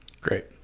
great